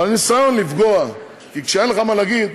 אבל הניסיון לפגוע, כי כשאין לך מה להגיד,